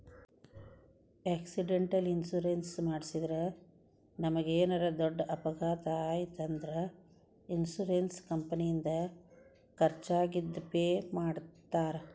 accidental insurance ಮಾಡಿಸಿದ್ರ ನಮಗೇನರ ದೊಡ್ಡ ಅಪಘಾತ ಆಯ್ತ್ ಅಂದ್ರ ಇನ್ಶೂರೆನ್ಸ್ ಕಂಪನಿಯಿಂದ ಖರ್ಚಾಗಿದ್ ಪೆ ಮಾಡ್ತಾರಾ